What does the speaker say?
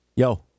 Yo